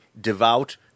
devout